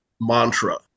mantra